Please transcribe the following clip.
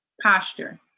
posture